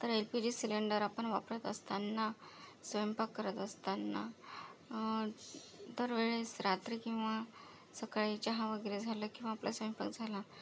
तर L P G cylinder आपण वापरत असताना स्वयंपाक करत असताना दर वेळेस रात्री किंवा सकाळी चहा वगैरे झालं किंवा आपला स्वयंपाक झाला